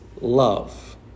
love